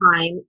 time